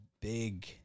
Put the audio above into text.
big